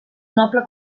noble